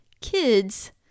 kids